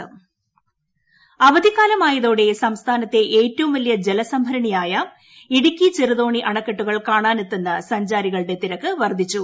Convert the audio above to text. Idukki intro അവധിക്കാലമായതോടെ സംസ്ഥാനത്തെ ഏറ്റവും വലിയ ജലസംഭരണിയായ ഇടുക്കി ചെമുത്തോണി അണക്കെട്ടുകൾ കാണാനെത്തുന്ന സഞ്ചാരികളുടെ തിര്ക്ക് വർദ്ധിച്ചു